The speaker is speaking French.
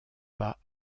pas